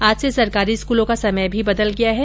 आज से सरकारी स्कूलों का समय भी बदल गया है